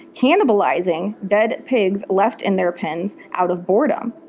cannibalizing dead pigs left in their pens out of boredom,